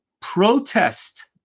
protest